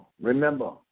remember